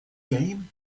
game